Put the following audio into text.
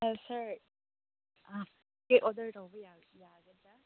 ꯁꯥꯔ cake order ꯇꯧꯕ ꯌꯥꯒꯗ꯭ꯔꯥ